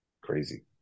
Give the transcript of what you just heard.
Crazy